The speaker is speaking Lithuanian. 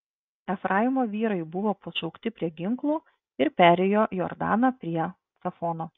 efraimo vyrai buvo pašaukti prie ginklų ir perėjo jordaną prie cafono